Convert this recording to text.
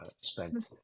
spent